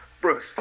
Bruce